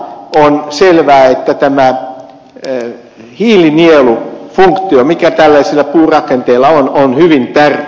mutta ennen muuta on selvää että hiilinielufunktio mikä tällaisilla puurakenteilla on on hyvin tärkeä